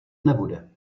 nebude